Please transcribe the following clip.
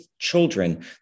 children